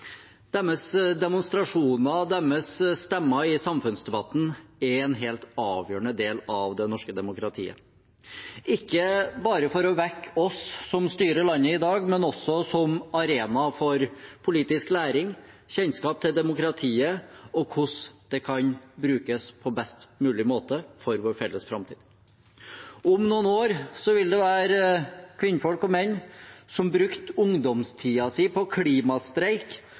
Deres demonstrasjoner, deres stemmer i samfunnsdebatten, er en helt avgjørende del av det norske demokratiet, ikke bare for å vekke oss som styrer landet i dag, men også som arena for politisk læring, kjennskap til demokratiet og hvordan det kan brukes på best mulig måte for vår felles framtid. Om noen år vil det være kvinnfolk og menn som brukte ungdomstiden sin på klimastreik,